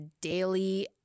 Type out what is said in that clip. daily